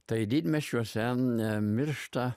tai didmiesčiuose miršta